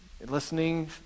listening